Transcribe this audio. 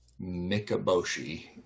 Mikaboshi